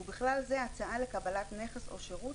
ובכלל זה הצעה לקבלת נכס או שירות,